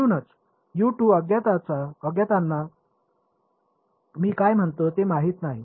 म्हणूनच अज्ञातांना मी काय म्हणतो ते माहित नाही